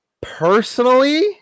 Personally